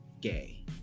gay